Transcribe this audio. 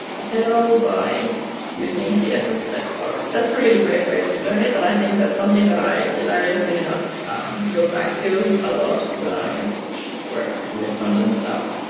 a petal by using css flexbox. that's a really great way to learn it. and i think that's something i hilariously enough go back to a lot when i work with front-end stuff.